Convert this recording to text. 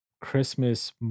Christmas